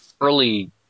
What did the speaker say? early –